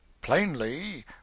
Plainly